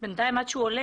בינתיים עד שהוא עולה,